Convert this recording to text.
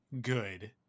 good